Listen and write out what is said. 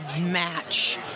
match